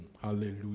Hallelujah